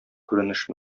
күренеш